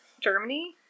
Germany